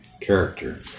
character